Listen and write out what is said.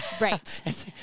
Right